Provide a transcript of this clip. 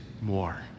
more